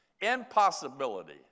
Impossibility